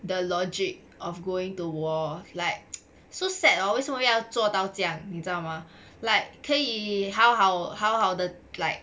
the logic of going to war like so sad hor 为什么要做到这样你知道 mah like 可以好好好好的 like